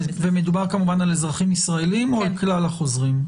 ומדובר על אזרחים ישראלים או על כלל הנכנסים?